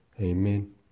Amen